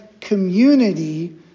community